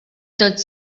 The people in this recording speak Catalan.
tots